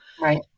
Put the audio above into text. Right